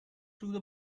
through